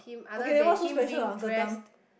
okay then what's so special about uncle Tham